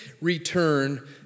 return